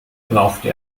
brauchte